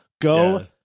Go